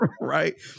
Right